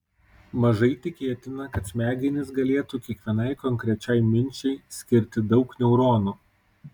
mažai tikėtina kad smegenys galėtų kiekvienai konkrečiai minčiai skirti daug neuronų